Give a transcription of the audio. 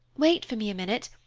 wait for me a minute.